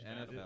NFL